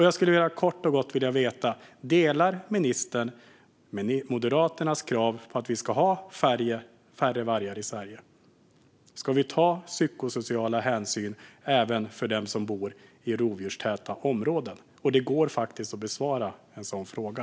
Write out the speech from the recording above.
Jag skulle kort och gott vilja veta: Delar ministern Moderaternas krav på att vi ska ha färre vargar i Sverige? Ska vi ta psykosociala hänsyn även för dem som bor i rovdjurstäta områden? Det går faktiskt att besvara en sådan fråga.